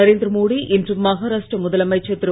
நரேந்திர மோடி இன்று மகாராஷ்ட்ர முதலமைச்சர் திரு